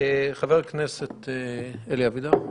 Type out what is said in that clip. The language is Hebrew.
חבר הכנסת אלי אבידר.